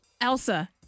Elsa